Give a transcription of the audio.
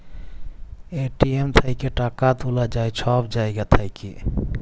ATM থ্যাইকে টাকা তুলা যায় ছব জায়গা থ্যাইকে